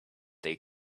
they